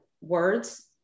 words